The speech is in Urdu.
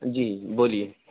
جی بولیے